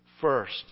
First